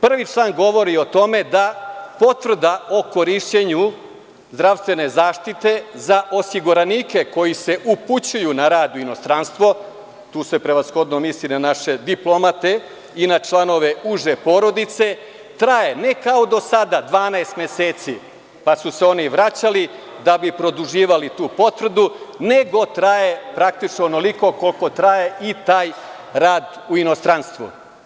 Prvi član govori o tome da potvrda o korišćenju zdravstvene zaštite za osiguranike koji se upućuju na rad u inostranstvo, tu se prevashodno misli na naše diplomate i na članove uže porodice, traje ne kao do sada 12 meseci, pa su se oni vraćali da bi produžavali tu potvrdu, nego traje praktično onoliko koliko traje i taj rad u inostranstvu.